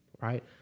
right